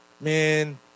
man